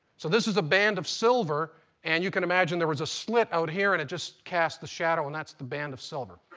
so this is a band of silver and you can imagine there was a slit out here and it just cast a shadow and that's the band of silver.